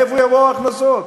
מאיפה יבואו ההכנסות?